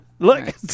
Look